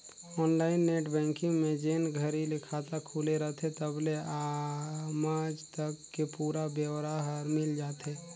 online net banking में जेन घरी ले खाता खुले रथे तबले आमज तक के पुरा ब्योरा हर मिल जाथे